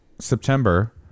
September